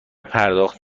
پرداخت